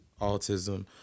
Autism